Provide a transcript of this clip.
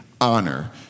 honor